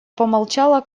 помолчала